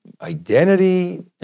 identity